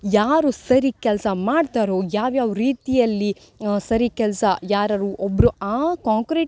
ಯಾರು ಸರಿ ಕೆಲಸ ಮಾಡ್ತಾರೋ ಯಾವ್ಯಾವ ರೀತಿಯಲ್ಲಿ ಸರಿ ಕೆಲಸ ಯಾರಾದ್ರೂ ಒಬ್ಬರು ಆ ಕಾಂಕ್ರಿಟ್